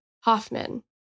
Hoffman